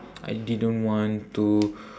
I didn't want to